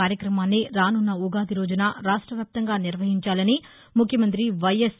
కార్యక్రమాన్ని రానున్న ఉగాది రోజున రాష్టవ్యాప్తంగా నిర్వహించాలని ముఖ్యమంత్రి వైఎస్